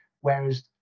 Whereas